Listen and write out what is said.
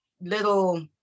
little